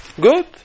Good